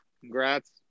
Congrats